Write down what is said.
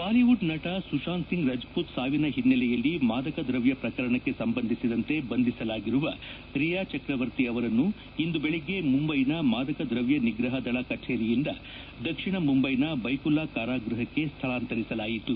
Bollywood ನಟ ಸುಶಾಂತ್ ಸಿಂಗ್ ರಜಪೂತ್ ಸಾವಿನ ಹಿನ್ವೆಲೆಯಲ್ಲಿ ಮಾದಕ ದ್ರವ್ಯ ಪ್ರಕರಣಕ್ಕೆ ಸಂಬಂಧಿಸಿದಂತೆ ಬಂಧಿಸಲಾಗಿರುವ ರಿಯಾ ಚಕ್ರವರ್ತಿ ಅವರನ್ನು ಇಂದು ಬೆಳಗ್ಗೆ ಮುಂಬೈನ ಮಾದಕ ದ್ರವ್ಯ ನಿಗ್ರಹ ದಳ ಕಚೇರಿಯಿಂದ ದಕ್ಷಿಣ ಮುಂಬ್ವೆನ ಬೈಕುಲ್ಲಾ ಕಾರಾಗ್ಬಹಕ್ಕೆ ಸ್ಥಳಾಂತರಿಸಲಾಯಿತು